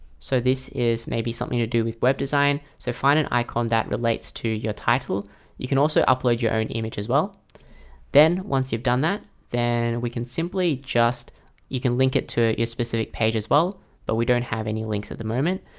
so this is maybe something to do with web design so find an icon that relates to your title you can also upload your own image as well then once you've done that then we can simply just you can link it to ah your specific page as well but we don't have any links at the moment.